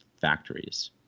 factories